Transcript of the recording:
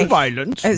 violence